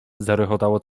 zarechotało